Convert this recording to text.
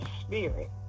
spirit